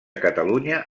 catalunya